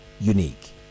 unique